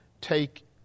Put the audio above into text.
take